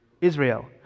Israel